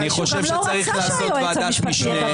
אני חושב שצריך לעשות ועדת משנה בראשות